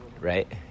right